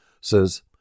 says